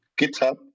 GitHub